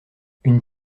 une